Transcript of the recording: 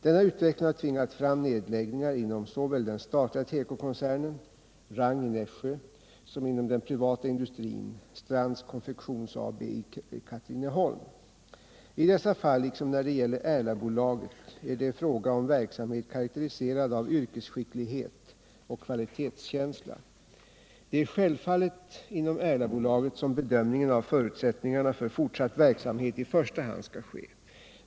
Denna utveckling har tvingat fram nedläggningar inom såväl den statliga tekokoncernen — Rang i Nässjö — som den privata industrin — Strands Konfektions AB i Katrineholm. I dessa fall liksom när det gäller Erlabolaget är det fråga om verksamhet karakteriserad av yrkesskicklighet och kvalitetskänsla. Det är självfallet inom Erlabolaget som bedömningen av förutsättningarna för fortsatt verksamhet i första hand skall ske.